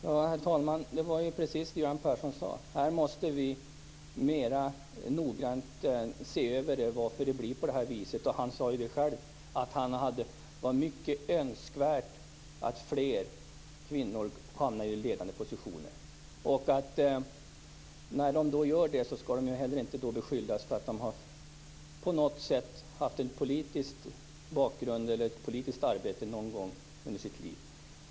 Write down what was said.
Herr talman! Det var precis det som Göran Persson sade, att här måste vi mer noggrant se över varför det blir på det här viset. Han sade ju själv att det är mycket önskvärt att fler kvinnor hamnar i ledande positioner och att de, när de gör det, inte skall beskyllas för att det har en politisk bakgrund eller har haft ett politiskt arbete någon gång under sitt liv.